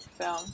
film